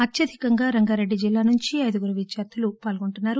అత్యధికంగా రంగారెడ్డి జిల్లా నుంచి ఐదుగురు విద్యార్లులు పాల్గొంటున్నారు